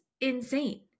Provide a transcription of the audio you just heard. insane